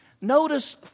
Notice